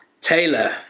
Taylor